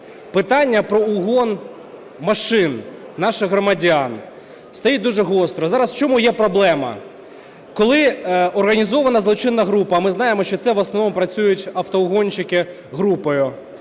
Питання про угон машин наших громадян стоїть дуже гостро. Зараз в чому є проблема? Коли організована злочинна група, а ми знаємо, що це в основному працюють автоугонщики групою,